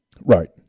Right